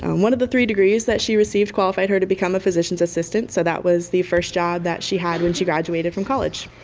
um one of the three degrees that she received qualified her to become a physician's assistant so that was the first job that she had when she graduated from college.